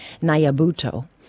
Nayabuto